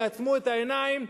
תעצמו את העיניים,